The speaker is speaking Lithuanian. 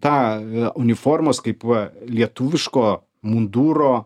tą uniformos kaip va lietuviško munduro